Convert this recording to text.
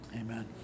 Amen